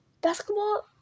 Basketball